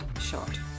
shot